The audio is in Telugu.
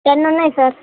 టెన్ ఉన్నాయి సార్